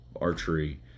archery